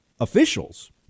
officials